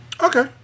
Okay